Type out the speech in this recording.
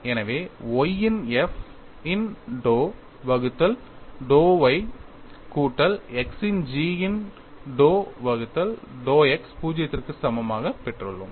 எனவே y இன் f இன் dou வகுத்தல் dou y கூட்டல் x இன் g இன் dou வகுத்தல் dou x 0 க்கு சமமாக பெற்றுள்ளோம்